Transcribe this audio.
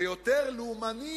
ויותר לאומני